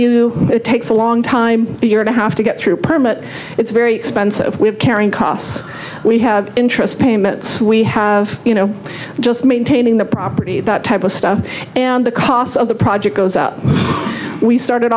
you it takes a long time you're to have to get through permit it's very expensive we have carrying costs we have interest payments we have you know just maintaining the property that type of stuff and the cost of the project goes up we started